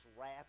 wrath